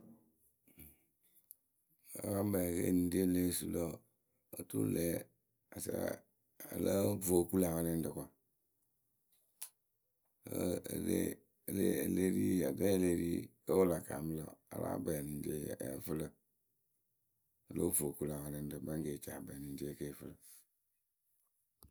eniŋrieyǝ kɨ a kpɛɛ kɨle yɨ su lǝ̈ wǝǝ, oturu ŋlë a sɛ o lóo vo o kuŋ lä wɛlɛŋrǝ kwa., aɖɛ e le ri kǝ wɨ la kaamɨ lǝ̈ a láa kpɛɛ eniŋrie yǝ́ǝ fɨ lǝ̈. O lóo vo o kuŋ lä wɛlɛŋrǝ kpɛŋ kɨ e ci akpɛɛ eniŋrieyǝ kɨ yǝ fɨ lǝ̈.